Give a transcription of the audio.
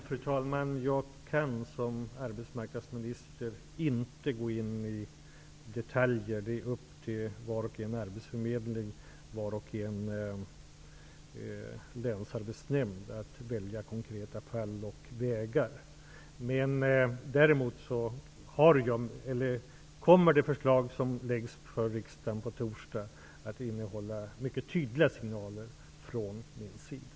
Fru talman! Jag kan som arbetsmarknadsminister inte gå in på detaljer. Det är upp till varje arbetsförmedling och länsarbetsnämnd att i konkreta fall välja olika vägar. Däremot kommer de förslag som föreläggs riksdagen på torsdag att innehålla mycket tydliga signaler från min sida.